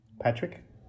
Patrick